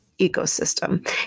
ecosystem